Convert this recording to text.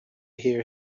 hear